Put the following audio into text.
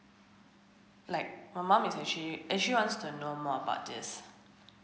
like my mum is actually she wants to know more about this